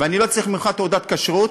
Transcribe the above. ואני לא צריך ממך תעודת כשרות,